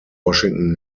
washington